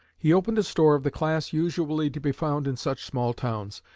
he opened a store of the class usually to be found in such small towns,